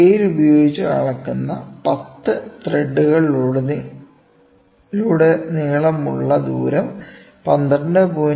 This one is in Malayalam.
ഒരു സ്കെയിൽ ഉപയോഗിച്ച് അളക്കുന്ന 10 ത്രെഡുകളിലുടനീളമുള്ള ദൂരം 12